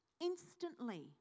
Instantly